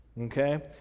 Okay